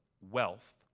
wealth